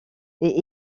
est